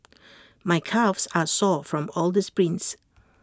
my calves are sore from all the sprints